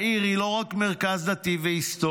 העיר היא לא רק מרכז דתי והיסטורי,